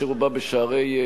כאשר הוא בא בשערי בתי-המשפט,